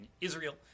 Israel